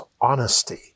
honesty